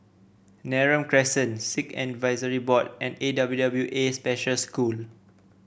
Neram Crescent Sikh Advisory Board and A W W A Special School